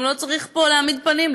גם לא צריך להעמיד פה פנים,